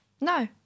No